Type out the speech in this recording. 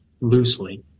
loosely